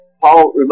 Paul